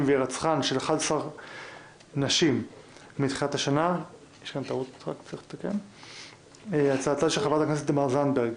"ועדת חקירה פרלמנטרית על חברת הכנסת תמר זנדברג